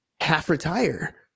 half-retire